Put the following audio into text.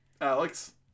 Alex